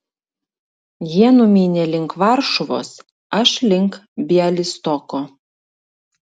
jie numynė link varšuvos aš link bialystoko